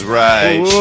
right